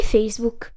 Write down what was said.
Facebook